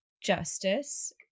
justice